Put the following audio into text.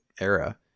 era